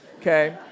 Okay